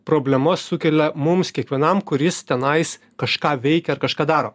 problemas sukelia mums kiekvienam kuris tenais kažką veikia ar kažką daro